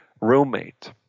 roommate